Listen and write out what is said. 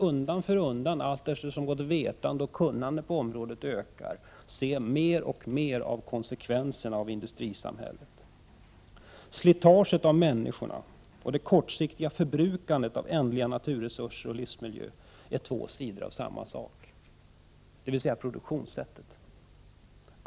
Undan för undan, allteftersom kunnande och vetande ökar, kan vi se mer av konsekvenserna av industrisamhället. Slitaget av människorna och det kortsiktiga förbrukandet av ändliga naturresurser och livsmiljö är två sidor av samma sak: produktionssättet.